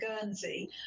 Guernsey